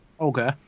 Okay